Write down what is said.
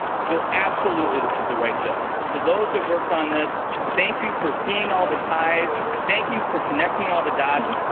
so absolutely this is the right bill. to those that worked on this thank you for seeing all the title thank you for connecting all the dots.